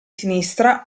sinistra